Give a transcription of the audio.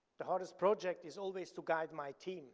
the hardest project is always to guide my team